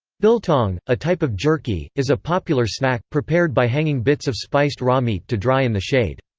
biltong, a type of jerky, is a popular snack, prepared by hanging bits of spiced raw meat to dry in the shade.